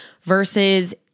versus